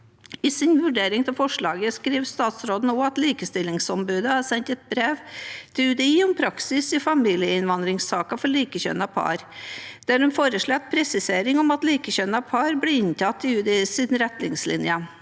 I sin vurdering av forslaget skriver statsråden også at Likestillingsombudet har sendt et brev til UDI om praksis i familieinnvandringssaker for likekjønnede par. Der er det foreslått en presisering om at likekjønnede par blir inntatt i UDIs retningslinjer.